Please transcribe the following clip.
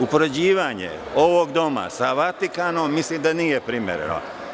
Upoređivanje ovog doma sa Vatikanom, mislim da nije primereno.